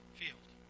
field